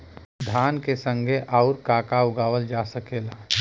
धान के संगे आऊर का का उगावल जा सकेला?